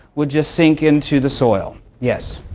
would just sink into the soil. yes.